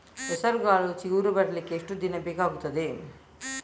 ಹೆಸರುಕಾಳು ಚಿಗುರು ಬರ್ಲಿಕ್ಕೆ ಎಷ್ಟು ದಿನ ಬೇಕಗ್ತಾದೆ?